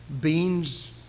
beans